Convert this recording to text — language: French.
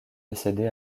décédés